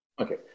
Okay